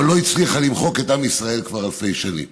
אבל לא הצליחה למחוק את עם ישראל כבר אלפי שנים.